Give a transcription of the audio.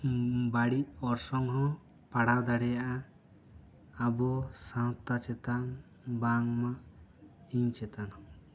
ᱵᱟᱹᱲᱤᱡ ᱚᱨᱥᱚᱝ ᱦᱚᱸ ᱯᱟᱲᱟᱣ ᱫᱟᱲᱮᱭᱟᱜᱼᱟ ᱟᱵᱚ ᱥᱟᱶᱛᱟ ᱪᱮᱛᱟᱱ ᱵᱟᱝ ᱢᱟ ᱤᱧ ᱪᱮᱛᱟᱱ ᱦᱚᱸ